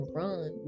run